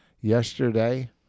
Yesterday